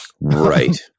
Right